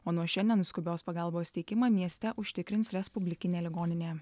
o nuo šiandien skubios pagalbos teikimą mieste užtikrins respublikinė ligoninė